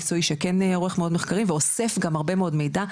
מקצועי שכן עורך מחקרים ואוסף גם הרבה מאוד מידע,